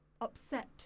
upset